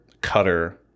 cutter